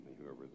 whoever